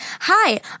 Hi